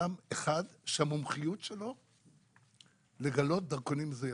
אדם אחד שהמומחיות שלו לגלות דרכונים מזויפים.